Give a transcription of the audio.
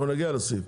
אנחנו נגיע לסעיף.